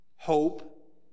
Hope